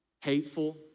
hateful